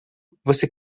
você